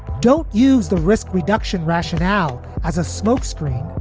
don't use the risk reduction rationale as a smokescreen.